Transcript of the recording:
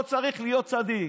לא צריך להיות צדיק,